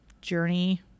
journey